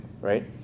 right